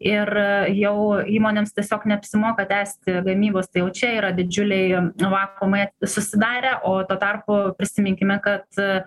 ir jau įmonėms tiesiog neapsimoka tęsti gamybos tai jau čia yra didžiuliai vakuumai susidarę o tuo tarpu prisiminkime kad